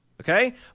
Okay